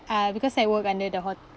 uh because I work under the hot~